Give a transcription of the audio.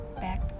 back